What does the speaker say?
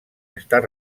estar